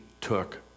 took